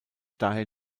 daher